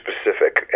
specific